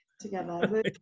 together